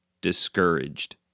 discouraged